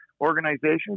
organization